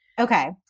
Okay